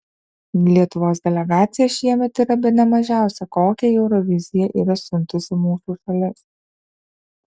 lietuvos delegacija šiemet yra bene mažiausia kokią į euroviziją yra siuntusi mūsų šalis